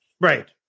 Right